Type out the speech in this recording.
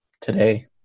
today